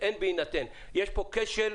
יש פה כשל.